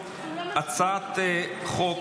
הצעת חוק